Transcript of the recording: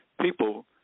People